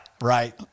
Right